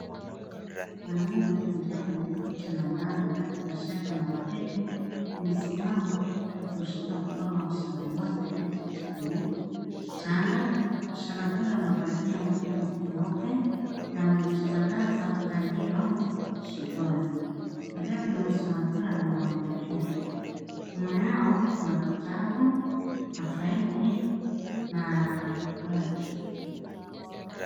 Mwanaume aliyevalia koti la maabara na shati la waridi amesimama huku akiushika mkono wa msichana mmoja, aliyeketi kwenye kitanda. Msichana huyo amevalia nguo nyeupe na amejitandaza mtandio shingoni. Vile vile msichana huyu amemwangalia. Nyuma yao kuna vitabu na faili na bagi .